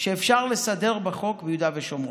שאפשר לסדר בחוק ביהודה ושומרון.